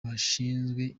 gishinzwe